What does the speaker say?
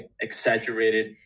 exaggerated